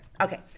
okay